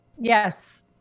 Yes